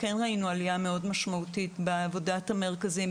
כן ראינו עלייה מאוד משמעותית בעבודת המרכזים,